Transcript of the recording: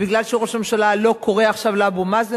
ובגלל שראש הממשלה לא קורא עכשיו לאבו מאזן